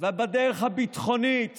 ובדרך הביטחונית